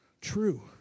true